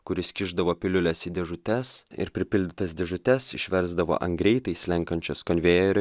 kuris kišdavo piliules į dėžutes ir pripildytas dėžutes išversdavo ant greitai slenkančios konvejeriu